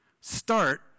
Start